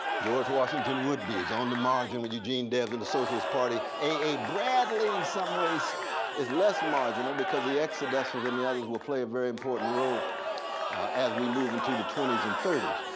george washington woodbey is on the margin with eugene debs and the socialist party. a a bradley in some ways is less marginal because the exodusters and the others will play a very important role as we move into the twenty s and thirty s.